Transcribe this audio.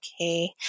Okay